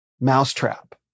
Mousetrap